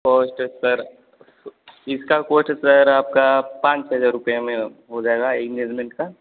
cost sir इसका cost sir आपका पाँच हजार रुपये में हो जाएगा इंगेज़मेंट का